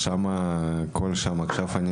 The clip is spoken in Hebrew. עכשיו,